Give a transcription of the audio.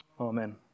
Amen